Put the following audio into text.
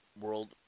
World